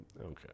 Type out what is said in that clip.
Okay